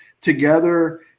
together